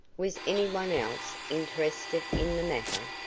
was any one else interested in the matter?